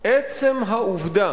עצם העובדה